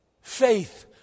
Faith